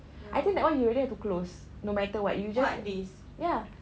I think that [one] you really have to close no matter what you just ya